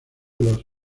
los